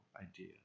idea